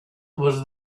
was